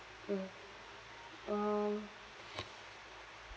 mm um